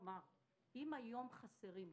אך אם היום חסרים מנהלים,